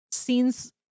scenes